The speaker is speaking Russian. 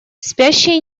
спящий